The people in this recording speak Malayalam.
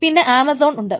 പിന്നെ ആമസോൺ ഉണ്ട്